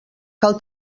cal